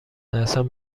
نرسم